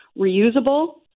reusable